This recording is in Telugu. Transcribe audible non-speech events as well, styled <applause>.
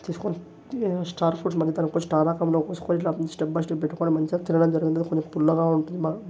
<unintelligible> ఇట్లా స్టెప్ బై స్టెప్ పెట్టుకుని మంచిగా తినడం జరిగింది కొంత పుల్లగా ఉంటుంది బాగా